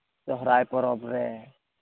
ᱥᱚᱦᱨᱟᱭ ᱯᱚᱨᱚᱵᱽ ᱨᱮ